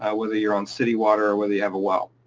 ah whether you're on city water or whether you have a well.